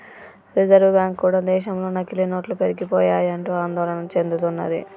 reserve bank కూడా దేశంలో నకిలీ నోట్లు పెరిగిపోయాయంటూ ఆందోళన చెందుతున్నది